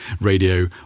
radio